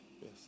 Yes